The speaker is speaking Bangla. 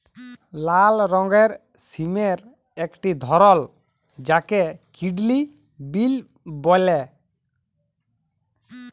লাল রঙের সিমের একটি ধরল যাকে কিডলি বিল বল্যে